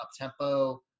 up-tempo